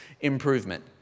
improvement